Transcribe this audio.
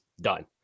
done